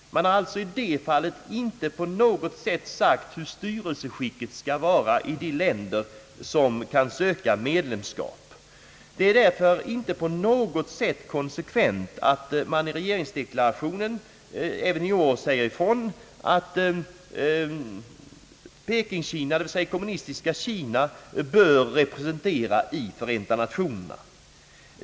Man har alltså i det fallet inte på något sätt sagt hurudant styrelseskicket skall vara i de länder som kan söka medlemskap. Det är därför inte på något sätt inkonsekvent att regeringen i sin deklaration även i år säger ifrån att Peking-Kina, dvs. kommunist-Kina, bör representeras i Förenta Nationerna.